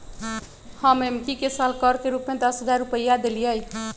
हम एम्की के साल कर के रूप में दस हज़ार रुपइया देलियइ